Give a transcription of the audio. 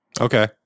Okay